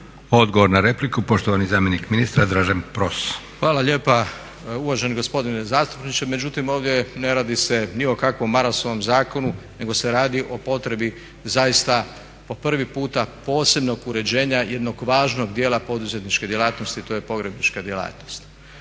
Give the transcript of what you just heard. Odgovor na repliku poštovani zamjenik ministra Dražen Pros. **Pros, Dražen** Hvala lijepa uvaženi gospodine zastupniče. Međutim, ovdje ne radi se ni o kakvom Marasovom zakonu, nego se radi o potrebi zaista po prvi puta posebnog uređenja jednog važnog djela poduzetničke djelatnosti to je pogrebnička djelatnost.